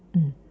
mm